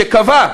שקבע,